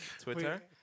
Twitter